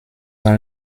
dans